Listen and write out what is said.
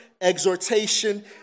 exhortation